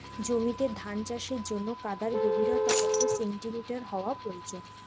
জমিতে ধান চাষের জন্য কাদার গভীরতা কত সেন্টিমিটার হওয়া প্রয়োজন?